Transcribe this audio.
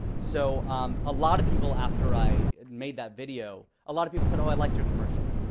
so um a lot of people, after i made that video, a lot of people said, oh, i liked your commercial,